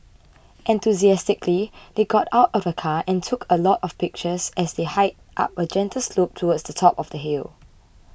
enthusiastically they got out of the car and took a lot of pictures as they hiked up a gentle slope towards the top of the hill